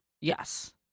Yes